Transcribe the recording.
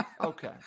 Okay